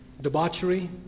debauchery